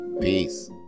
peace